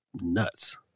nuts